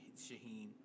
Shaheen